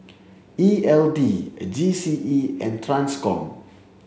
E L D G C E and TRANSCOM